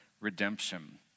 redemption